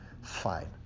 Fine